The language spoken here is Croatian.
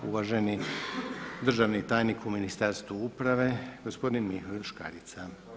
Uvaženi državni tajnik u Ministarstvu uprave gospodin Mihovil Škarica.